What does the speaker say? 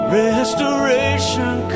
restoration